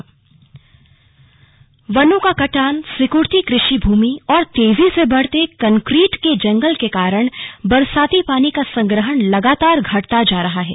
slug वृक्ष प्रेमी वनों का कटान सिकुड़ती कृषि भूमि और तेजी से बढ़ते कंक्रीट के जंगल के कारण बरसाती पानी का संग्रहण लगातार घटता जा रहा है